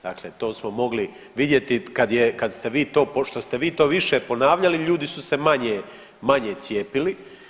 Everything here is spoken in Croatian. Dakle, to smo mogli vidjeti kada ste vi to pošto ste vi to više ponavljali ljudi su se manje cijepili.